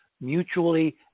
mutually